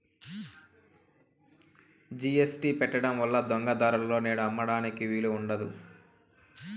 GST పెట్టడం వల్ల దొంగ దారులలో నేడు అమ్మడానికి వీలు ఉండదు